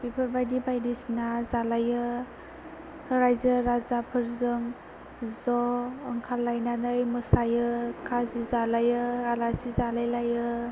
बेफोरबायदि बायदिसिना जालायो रायजो राजाफोरजों ज' ओंखारलायनानै मोसायो खाजि जालायो आलासि जालाय लायो